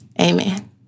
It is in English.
Amen